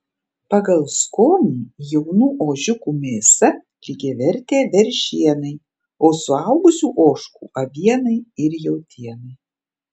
pagal skonį jaunų ožiukų mėsa lygiavertė veršienai o suaugusių ožkų avienai ir jautienai